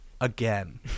Again